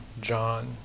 John